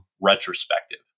retrospective